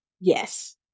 yes